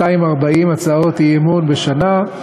240 הצעות אי-אמון בשנה,